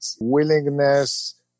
willingness